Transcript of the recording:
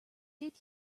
did